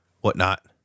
whatnot